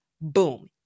Boom